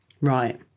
Right